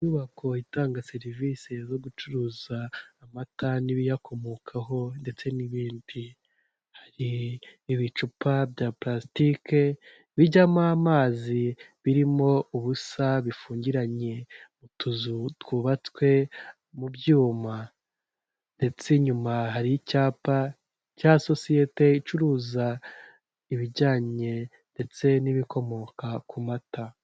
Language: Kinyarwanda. Inyubako itanga serivisi zo gucuruza amata n'ibiyakomokaho ndetse n'ibindi, har’ibicupa bya plasitike bijyamo amazi birimo ubusa bifungiranye mu tuzu twubatswe mu byuma, ndetse inyuma har’icyapa cya sosiyete icuruza ibijyanye ndetse n'ibikomoka ku mata.